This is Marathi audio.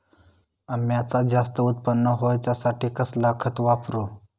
अम्याचा जास्त उत्पन्न होवचासाठी कसला खत वापरू?